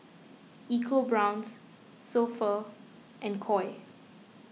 EcoBrown's So Pho and Koi